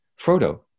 Frodo